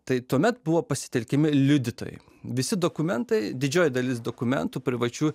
tai tuomet buvo pasitelkiami liudytojai visi dokumentai didžioji dalis dokumentų privačių